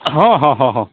ହଁ ହଁ ହଁ ହଁ